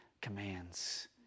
commands